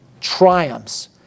triumphs